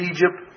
Egypt